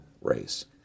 Race